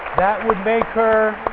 that would make her